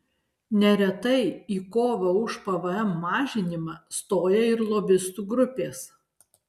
neretai į kovą už pvm mažinimą stoja ir lobistų grupės